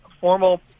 formal